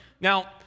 Now